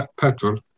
petrol